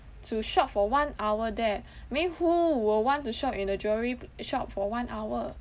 to shop for one hour there I mean who will want to shop in a jewellery shop for one hour